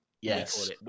Yes